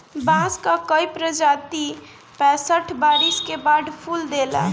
बांस कअ कई प्रजाति पैंसठ बरिस के बाद फूल देला